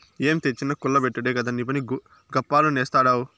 ఏం తెచ్చినా కుల్ల బెట్టుడే కదా నీపని, గప్పాలు నేస్తాడావ్